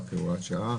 רק כהוראת שעה